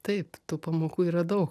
taip tų pamokų yra daug